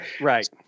Right